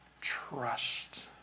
trust